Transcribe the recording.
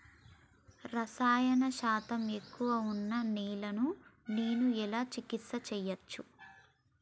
రసాయన శాతం తక్కువ ఉన్న నేలను నేను ఎలా చికిత్స చేయచ్చు?